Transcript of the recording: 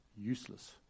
useless